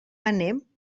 anem